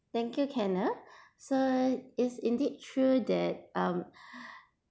okay thank you kenneth so it's indeed true that um